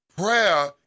Prayer